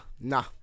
nah